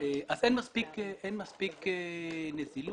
בעולם הבנקאות אין מספיק נזילות,